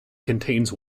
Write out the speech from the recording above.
contains